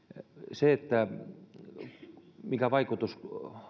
se mikä vaikutus